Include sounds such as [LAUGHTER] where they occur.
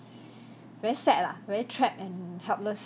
[BREATH] very sad lah very trapped and helpless